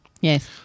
Yes